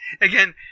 Again